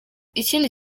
ikindi